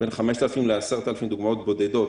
בין 5,000 ל-10,000 דוגמאות בודדות,